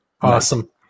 Awesome